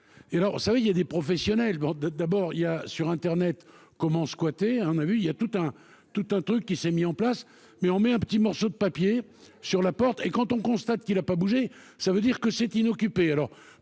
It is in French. Et alors vous savez il y a des professionnels de d'abord il y a sur Internet comment squatter un on a vu il y a tout un tout un truc qui s'est mis en place mais on met un petit morceau de papier sur la porte et quand on constate qu'il a pas bougé. Ça veut dire que c'est inoccupé